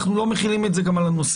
אנחנו לא מחילים את זה גם על הנוסעים.